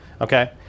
okay